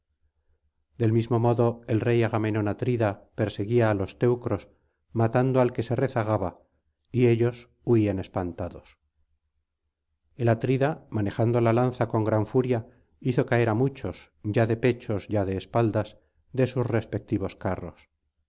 del mismo modo el rey agamenón atrida perseguía á los teucros matando al que se rezagaba y ellos huían espantados el atrida manejando la lanza con gran furia hizo caer á muchos ya de pechos ya de espaldas de sus respectivos carros